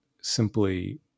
simply